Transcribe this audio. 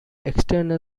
external